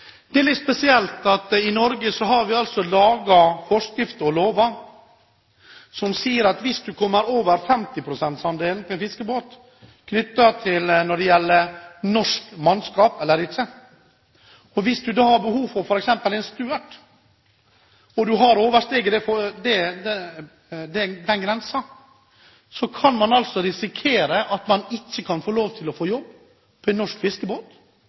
Det er litt spesielt at i Norge har vi altså laget forskrifter og lover som sier at hvis du kommer over 50 pst.-andelen når det gjelder norsk mannskap på en fiskebåt, og det er behov for f.eks. en stuert og den grensen er oversteget, kan man altså risikere at man ikke får lov til å jobbe på en norsk fiskebåt